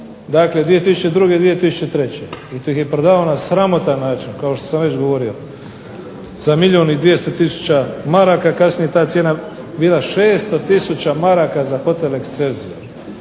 dakle 2002., 2003. i to ih je prodavao na sramotan način kao što sam već govorio za milijun i 200 tisuća maraka, kasnije je ta cijena bila 600 tisuća maraka za hotel Excelsior